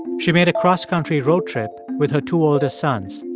she made a cross-country road trip with her two oldest sons,